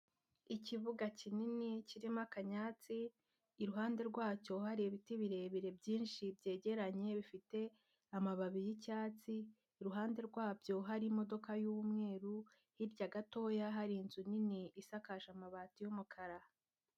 Ikibuga kinini kirimo akanyatsi, iruhande rwacyo hari ibiti birebire byinshi byegeranye bifite amababi y'icyatsi, iruhande rwabyo hari imodoka y'umweru hirya gatoya hari inzu nini isakaje amabati y'umukara.